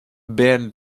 bell